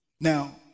now